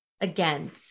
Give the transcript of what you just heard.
again